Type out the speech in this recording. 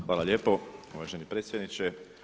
Hvala lijepo uvaženi predsjedniče.